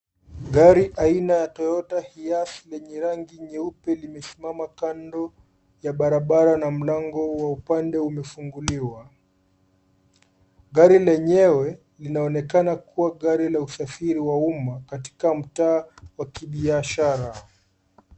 Gari aina ya Toyota Hiace lenye rangi nyeupe limesimama kando ya barabara na mlango wa upande umefunguliwa. Gari lenyewe linaonekana kuwa gari la usafiri wa umma katika mtaa wa kibiashara.